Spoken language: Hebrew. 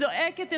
זועקת,